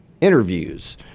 interviews